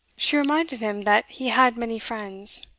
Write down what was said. she reminded him that he had many friends.